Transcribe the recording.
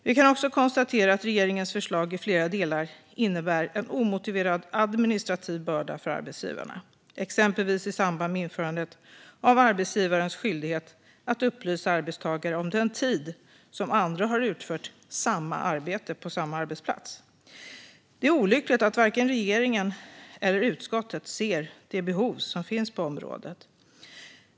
Vi kan också konstatera att regeringens förslag i flera delar innebär en omotiverad administrativ börda för arbetsgivarna, exempelvis i samband med införandet av arbetsgivarens skyldighet att upplysa arbetstagare om den tid som andra har utfört samma arbete på samma arbetsplats. Det är olyckligt att varken regeringen eller utskottet ser det behov som finns på området.